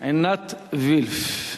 עינת וילף.